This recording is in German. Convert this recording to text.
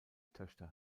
töchter